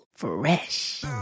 Fresh